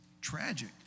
tragic